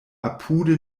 apude